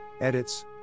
edits